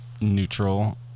Neutral